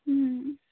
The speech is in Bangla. হুম